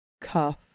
cuff